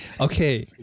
Okay